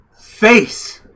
face